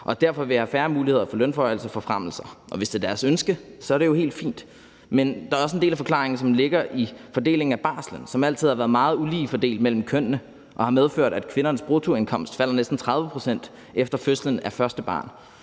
derfor vil have færre muligheder for lønforhøjelser og forfremmelser, og hvis det er deres ønske, er det jo helt fint. Men der er også en del af forklaringen, som ligger i fordelingen af barslen, som altid har været meget ulige fordelt mellem kønnene og har medført, at kvindernes bruttoindkomst falder næsten 30 pct. efter fødslen af første barn,